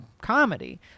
Comedy